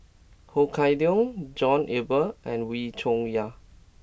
Ho Kah Leong John Eber and Wee Cho Yaw